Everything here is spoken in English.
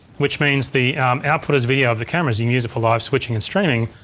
which means the output video of the cameras you can use it for live switching and streaming.